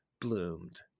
bloomed